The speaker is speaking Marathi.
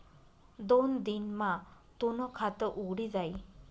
दोन दिन मा तूनं खातं उघडी जाई